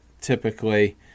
typically